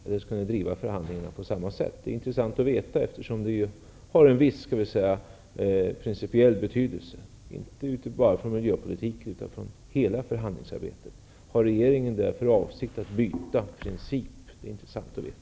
Eller kommer förhandlingarna att drivas på samma sätt? Det vore intressant att veta, eftersom det har en viss principiell betydelse, inte bara för miljöpolitikens område utan för hela förhandlingsarbetet. Har regeringen för avsikt att tillämpa någon annan princip?